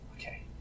Okay